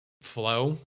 flow